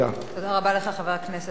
תודה רבה לך, חבר הכנסת אורי מקלב.